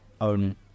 own